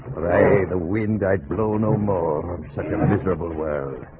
hey the wind i'd blow no more um such um a miserable world